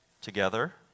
together